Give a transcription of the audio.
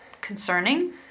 concerning